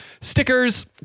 stickers